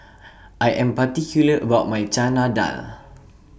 I Am particular about My Chana Dal